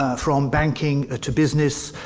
from banking to business,